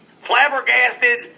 flabbergasted